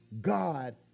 God